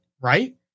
right